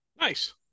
nice